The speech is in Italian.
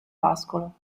pascolo